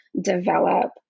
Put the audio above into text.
develop